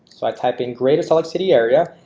so i type in greater salt lake city area,